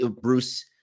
Bruce